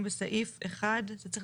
בתשריט מס' ש/24/1/טז